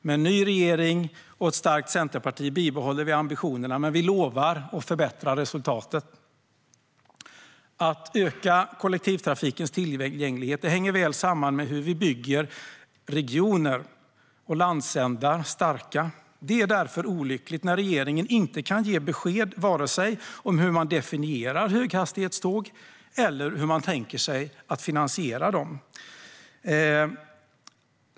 Med en ny regering och ett starkt centerparti bibehåller vi ambitionerna, men vi lovar att förbättra resultaten. Att öka kollektivtrafikens tillgänglighet hänger väl samman med hur vi bygger regioner och landsändar starka. Det är därför olyckligt att regeringen inte kan ge besked om vare sig hur man definierar höghastighetståg eller hur man tänker sig att finansiera dem.